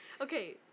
okay